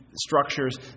structures